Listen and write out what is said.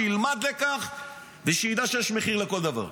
שילמד לקח ושידע שיש מחיר לכל דבר.